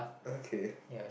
okay